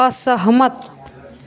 असहमत